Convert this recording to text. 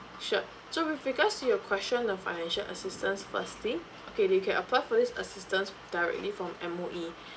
sure so with regards to your question of financial assistance firstly okay you can apply for this assistance directly from M_O_E